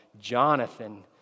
Jonathan